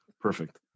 Perfect